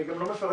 אני נמצאת